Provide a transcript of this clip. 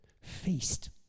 Feast